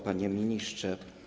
Panie Ministrze!